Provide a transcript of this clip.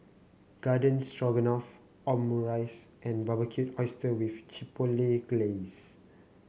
Garden Stroganoff Omurice and Barbecued Oyster with Chipotle Glaze